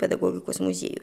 pedagogikos muziejų